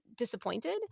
disappointed